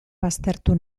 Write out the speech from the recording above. baztertu